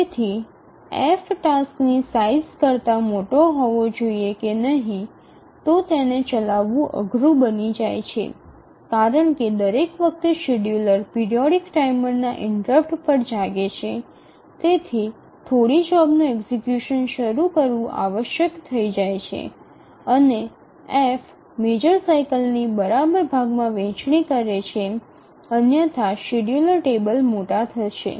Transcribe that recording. તેથી F ટાસ્કની size કરતા મોટો હોવો જોઈએ નહીં તો તેને ચલાવવું અઘરું બની જાય છે કારણ કે દરેક વખતે શેડ્યૂલર પિરિયોડિક ટાઈમર ના ઇન્ટરપ્ટ પર જાગે છે તેને થોડી જોબ નું એક્ઝિકયુશન શરૂ કરવું આવશ્યક થઈ જાય છે અને F મેજર સાઇકલની બરાબર ભાગમાં વહેચણી કરે છે અન્યથા શેડ્યૂલર ટેબલ મોટા બનશે